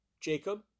Jacob